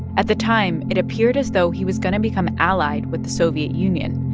at the time, it appeared as though he was going to become allied with the soviet union,